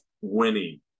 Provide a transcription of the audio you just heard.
winning